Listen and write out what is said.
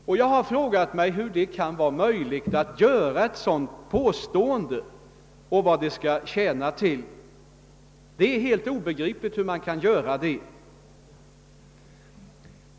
Jag har frågat mig hur det kan vara möjligt att göra ett sådant påstående och vad det skall tjäna till. Det är något för mig helt obegripligt.